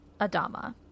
adama